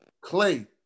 Clay